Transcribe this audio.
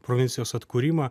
provincijos atkūrimą